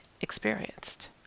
experienced